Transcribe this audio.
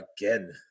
again